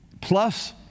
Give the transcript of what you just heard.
plus